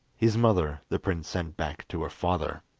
his mother the prince sent back to her father,